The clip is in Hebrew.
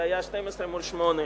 זה היה 12 מול שמונה,